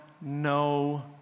no